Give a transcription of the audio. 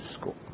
school